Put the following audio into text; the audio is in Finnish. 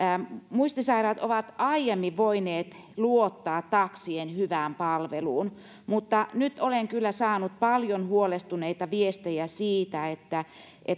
muistisairaat ovat aiemmin voineet luottaa taksien hyvään palveluun mutta nyt olen kyllä saanut paljon huolestuneita viestejä siitä että